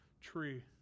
tree